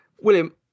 William